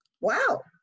wow